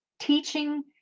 Teaching